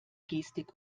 gestik